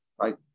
right